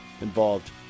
involved